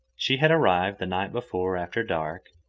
she had arrived the night before, after dark,